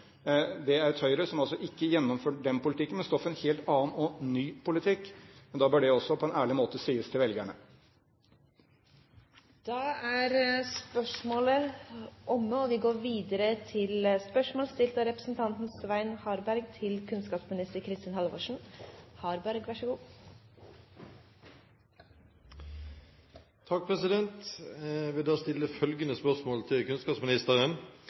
er et Høyre som ikke gjennomfører den politikken, men som står for en helt annen og ny politikk. Da bør det også på en ærlig måte sies til velgerne. Vi går tilbake til spørsmål 1. Jeg vil stille følgende spørsmål til